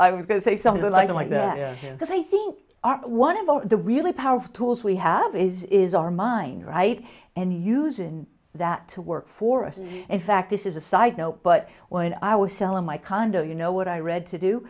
i was going to say something like that because i think our one of the really powerful tools we have is is our mind right and using that to work for us and in fact this is a side note but when i was selling my condo you know what i read to do